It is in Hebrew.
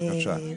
קודם